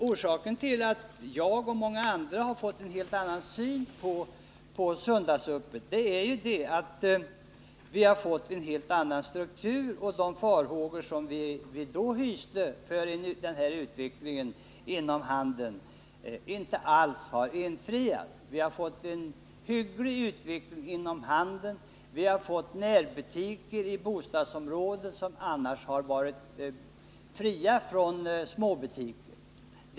Orsaken till att jag och många andra har fått en helt annan syn på söndagsöppet är ju den att det har blivit en helt annan struktur. De farhågor som vi tidigare hyste med avseende på utvecklingen inom handeln har ju inte alls besannats. Tvärtom har vi fått en hygglig utveckling inom handeln. Det har uppstått närbutiker i bostadsområden som tidigare saknade småbutiker.